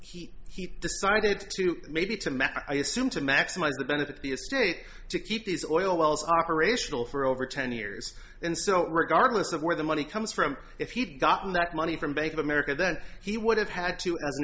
he he decided to maybe it's a matter i assume to maximize the benefit to be a state to keep these oil wells operational for over ten years and so regardless of where the money comes from if he's gotten that money from bank of america that he would have had to as an